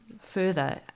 further